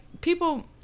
people